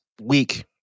week